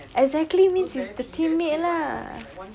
exactly means with the teammate lah